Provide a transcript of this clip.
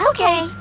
Okay